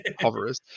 hoverers